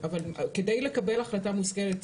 אבל כדי לקבל החלטה מושכלת,